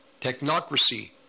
technocracy